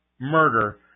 murder